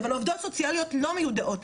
אבל העו"סיות לא מיודעות,